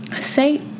say